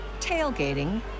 tailgating